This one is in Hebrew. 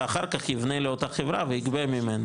שאחר כך יפנה לאותה חברה ויגבה ממנה.